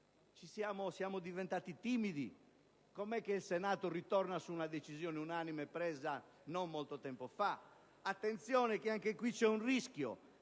Siamo diventati timidi? Come mai il Senato ritorna su una decisione unanime assunta non molto tempo fa? Attenzione che qui c'è un rischio: